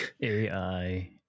AI